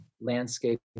landscape